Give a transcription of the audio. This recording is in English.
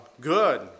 good